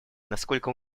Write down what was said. насколько